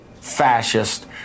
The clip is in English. fascist